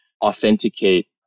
authenticate